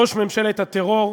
ראש ממשלת הטרור.